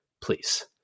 please